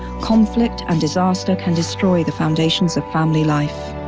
conflict and disaster can destroy the foundations of family life.